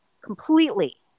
Completely